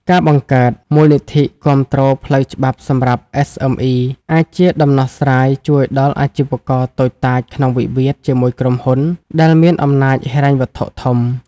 ការបង្កើត "មូលនិធិគាំទ្រផ្លូវច្បាប់សម្រាប់ SME" អាចជាដំណោះស្រាយជួយដល់អាជីវករតូចតាចក្នុងវិវាទជាមួយក្រុមហ៊ុនដែលមានអំណាចហិរញ្ញវត្ថុធំ។